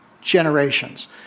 generations